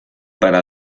para